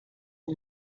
and